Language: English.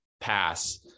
pass